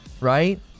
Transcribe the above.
right